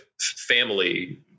family